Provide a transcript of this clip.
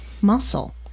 muscle